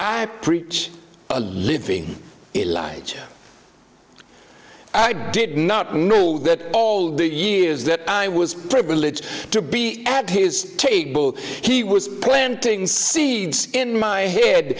i preach a living a lie i did not know that all the years that i was privileged to be at his table he was planting seeds in my head